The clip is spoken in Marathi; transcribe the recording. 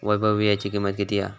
वैभव वीळ्याची किंमत किती हा?